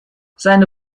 seine